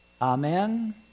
Amen